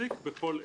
בכל עת".